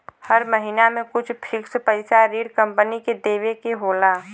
हर महिना में कुछ फिक्स पइसा ऋण कम्पनी के देवे के होला